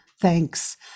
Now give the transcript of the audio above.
Thanks